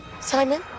Simon